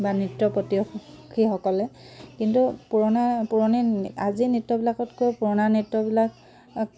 বা নৃত্য পটীয়সী সকলে কিন্তু পুৰণা পুৰণি আজিৰ নৃত্যবিলাকতকৈ পুৰণা নৃত্যবিলাক